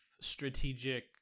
strategic